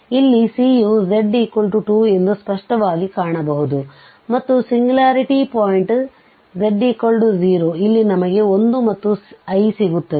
ಇಲ್ಲಿ C ಯು z2 ಎಂದು ಸ್ಪಷ್ಟವಾಗಿ ಕಾಣಬಹುದು ಮತ್ತು ಸಿಂಗ್ಯುಲಾರಿಟಿ ಪಾಯಿಂಟ್ z 0 ಇಲ್ಲಿ ನಮಗೆ 1 ಮತ್ತು i ಸಿಗುತ್ತದೆ